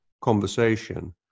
conversation